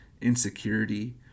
insecurity